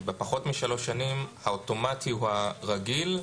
בפחות משלוש שנים האוטומטי הוא הרגיל.